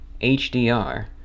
HDR